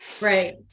Right